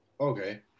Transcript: Okay